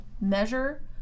measure